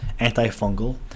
antifungal